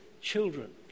children